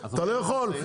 אתה לא יכול,